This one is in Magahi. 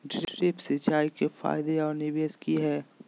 ड्रिप सिंचाई के फायदे और निवेस कि हैय?